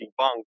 debunk